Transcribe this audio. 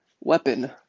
weapon